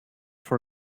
for